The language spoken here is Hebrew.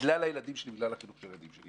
בגלל החינוך של הילדים שלי.